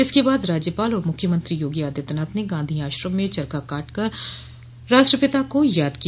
इसके बाद राज्यपाल और मुख्यमंत्री योगी आदित्यनाथ ने गांधी आश्रम में चरखा कातकर राष्ट्रपिता को याद किया